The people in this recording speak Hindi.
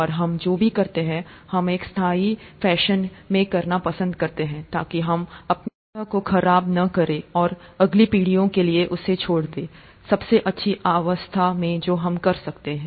और हम जो भी करते हैं हम एक स्थायी फैशन में करना पसंद करते हैं ताकि हम अपने ग्रह को खराब न करें और अगली पीढ़ियों के लिए इसे छोड़ दें सबसे अच्छी अवस्था में जो हम कर सकते हैं